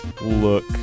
look